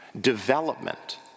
development